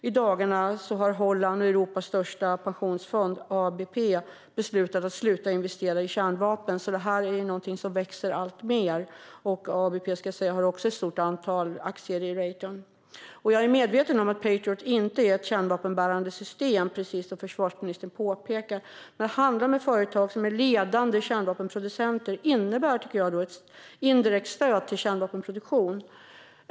I dagarna har dessutom Hollands och Europas största pensionsfond, ABP, som har ett stort antal aktier i Raytheon, beslutat att sluta investera i kärnvapen. Detta växer alltså alltmer. Jag är medveten om att Patriot inte är ett kärnvapenbärande system, precis som försvarsministern påpekar, men att handla med ett företag som är ledande kärnvapenproducent innebär ett indirekt stöd till kärnvapenproduktion.